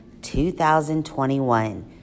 2021